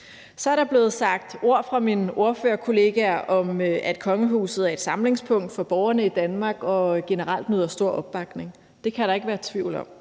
Så er der blevet sagt ord fra mine ordførerkollegaer om, at kongehuset er et samlingspunkt for borgerne i Danmark og generelt møder stor opbakning. Det kan der ikke være tvivl om.